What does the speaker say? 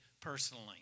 personally